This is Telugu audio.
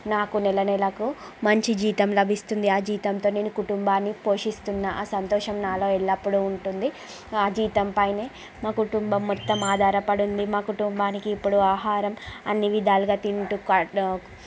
నాకు నెల నెలకు మంచి జీతం లభిస్తుంది ఆ జీతంతోనే నేను కుటుంబాన్ని పోషిస్తున్నాను ఆ సంతోషం నాలో ఎల్లప్పుడూ ఉంటుంది ఆ జీతం పైనే మా కుటుంబం మొత్తం ఆధారపడి ఉంది మా కుటుంబానికి ఇప్పుడు ఆహారం అన్ని విధాలుగా తింటూ